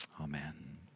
Amen